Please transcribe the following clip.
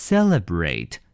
Celebrate